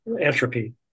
entropy